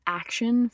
action